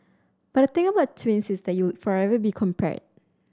but the thing about twins is that you'll forever be compared